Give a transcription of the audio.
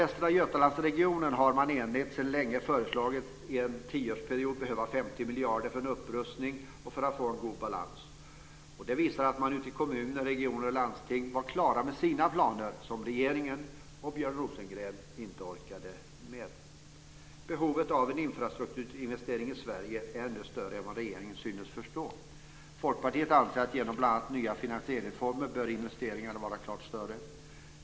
Västra Götalandsregionen har länge hävdat att man över en tioårsperiod behöver 50 miljarder kronor för en upprustning och för att få en god balans. Det visar att man ute i kommuner, regioner och landsting har varit klara med sina planer men som sedan regeringen och Björn Rosengren inte orkat med. Behovet av en infrastrukturinvestering i Sverige är ännu större än vad regeringen synes förstå. Folkpartiet anser att genom bl.a. nya finansieringsreformer bör investeringarna vara klart större.